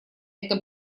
это